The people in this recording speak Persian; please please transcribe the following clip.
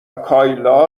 کایلا